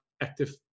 active